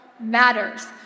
matters